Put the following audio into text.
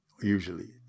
usually